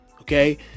okay